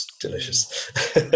Delicious